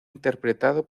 interpretado